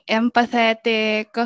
empathetic